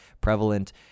prevalent